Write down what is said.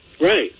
Right